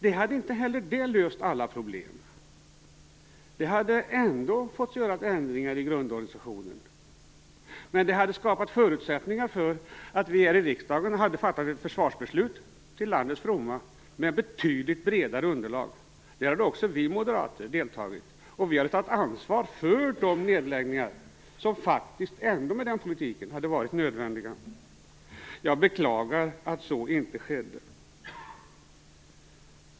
Inte heller det hade löst alla problem, och det hade ändå fått göras ändringar i grundorganisationen. Men det hade skapats förutsättningar för att vi här i riksdagen hade fattat ett försvarsbeslut till landets fromma med ett betydligt bredare underlag. I det beslutet hade också vi moderater deltagit. Vi hade tagit ansvar för de nedläggningar som faktiskt ändå med den politiken hade varit nödvändiga. Jag beklagar att så inte skedde.